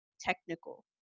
technical